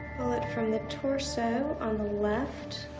bullet from the torso on the left.